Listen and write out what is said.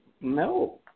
no